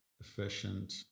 efficient